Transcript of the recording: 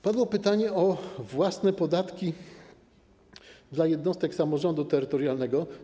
Padło pytanie o własne podatki dla jednostek samorządu terytorialnego.